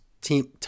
team